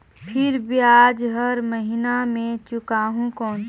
फिर ब्याज हर महीना मे चुकाहू कौन?